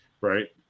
right